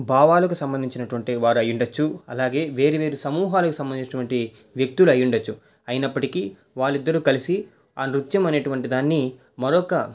భావాలకు సంబంధించినటువంటి వారు అయ్యుండచ్చు అలాగే వేరువేరు సమూహాలకి సంబంధించినటు వంటి వ్యక్తులు అయ్యుండచ్చు అయినప్పటికీ వాళ్ళిద్దరూ కలిసి ఆ నృత్యం అనేటువంటి దాన్ని మరొక